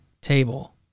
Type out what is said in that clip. table